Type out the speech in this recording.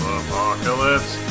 apocalypse